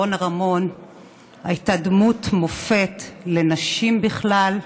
רונה רמון הייתה דמות מופת לנשים בכלל,